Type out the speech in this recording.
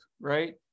right